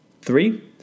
Three